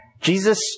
Jesus